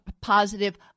positive